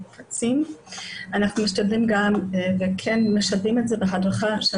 אנחנו משתדלים לשלב את זה בהדרכה של